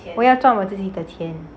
我要赚我自己的钱